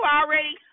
already